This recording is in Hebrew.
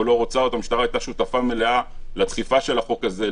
לא רוצה אותו המשטרה הייתה שותפה מלאה לדחיפה של החוק הזה,